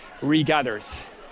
regathers